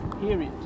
period